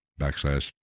backslash